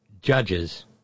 judges